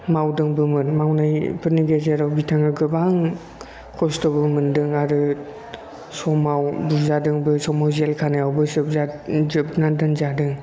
मावदोंबोमोन मावनायफोरनि गेजेराव बिथाङा गोबां खस्थ'बो मोनदों आरो समाव बुजादोंबो समाव जेल खानायावबो जोबजा जोबजानानै दोनजादों